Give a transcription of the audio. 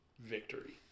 victory